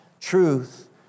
Truth